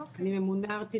אני ממונה ארצית,